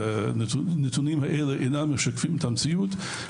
שהנתונים האלה אינם משקפים את המציאות.